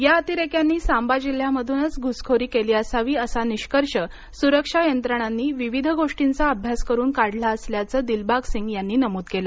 या अतिरेक्यांनी सांबा जिल्ह्यामधूनच घुसखोरी केली असावी असा निष्कर्ष सुरक्षा यंत्रणांनी विविध गोष्टींचा अभ्यास करून काढला असल्याचं दिलबाग सिंग यांनी नमूद केलं